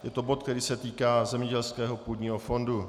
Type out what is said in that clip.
Je to bod, který se týká zemědělského půdního fondu.